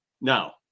Now